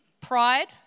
pride